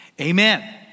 Amen